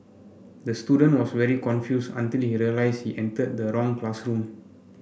the student was very confused until he realised he entered the wrong classroom